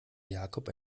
jakob